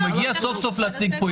הוא מגיע סוף-סוף להציג פה.